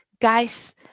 guys